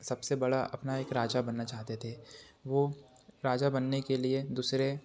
सबसे बड़ा अपना एक राजा बनना चाहते थे वह राजा बनने के लिए दूसरे